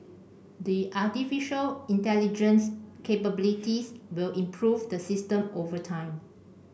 the artificial intelligence capabilities will improve the system over time